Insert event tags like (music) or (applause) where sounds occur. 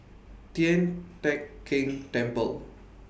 Tian Teck Keng (noise) Temple